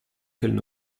qu’elle